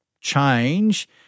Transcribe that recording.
change